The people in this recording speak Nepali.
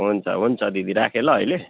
हुन्छ हुन्छ दिदी राखेँ ल अहिले